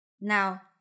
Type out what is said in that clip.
Now